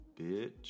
Bitch